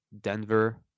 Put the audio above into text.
Denver